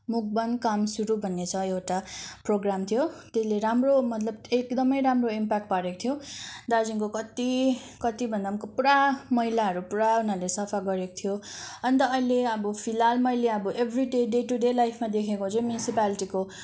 मुख बन्द काम सुरू भन्ने छ एउटा प्रोग्राम थियो त्यसले राम्रो मतलब एकदमै राम्रो इम्प्याक्ट पारेको थियो दार्जिलिङ कत्ति कति भन्दा पनि पुरा मैलाहरू पुरा उनाहरूले सफा गरेको थियो अन्त अहिले अब मैले अब फिलहाल एभरीडे डे टु डे लाइफमा देखेको चाहिँ म्युनिसिपालिटीको